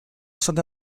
state